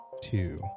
two